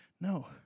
no